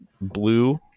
blue